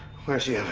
where's yeah the